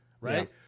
right